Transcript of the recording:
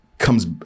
comes